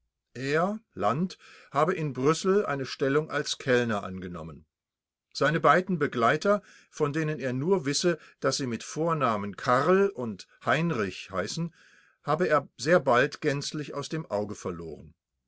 er land habe in brüssel eine stellung als kellner angenommen seine beiden begleiter von denen er nur wisse daß sie mit vornamen karl und heinrich heißen habe er sehr bald gänzlich aus dem auge verloren